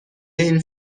این